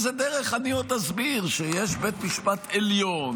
באיזו דרך אני עוד אסביר שיש בית משפט עליון,